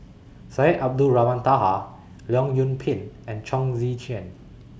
Syed Abdulrahman Taha Leong Yoon Pin and Chong Tze Chien